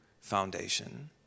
foundation